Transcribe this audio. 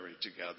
together